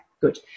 good